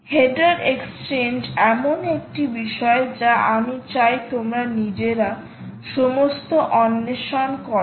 header exchange এমন একটি বিষয় যা আমি চাই তোমরা নিজেরা সমস্ত অন্বেষণ করো